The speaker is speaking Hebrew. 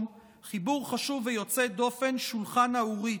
חיבור חשוב ויוצא דופן: "שולחן האורית: